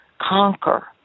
conquer